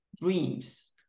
dreams